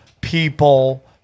people